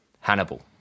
Hannibal